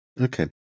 Okay